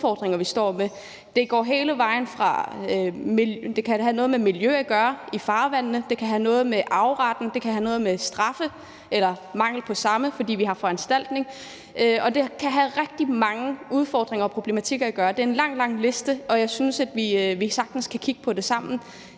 er for nogle udfordringer, vi står med. Det kan have noget at gøre med miljøet i farvandene, det kan have noget at gøre med arveretten, det kan have noget at gøre med straffe eller mangel på samme, fordi vi har foranstaltninger, og det kan have med rigtig mange udfordringer og problematikker at gøre. Det er en lang, lang liste, og jeg synes, at vi sagtens kan kigge på det sammen